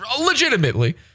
Legitimately